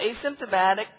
asymptomatic